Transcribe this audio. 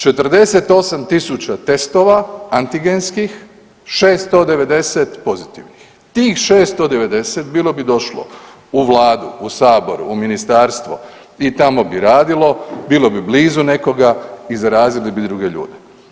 48.000 testova antigenskih 690 pozitivnih, tih 690 bilo bi došlo u vladu, u sabor, u ministarstvo i tamo bi radilo, bilo bi blizu nekoga i zarazili bi druge ljude.